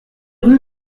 rue